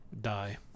die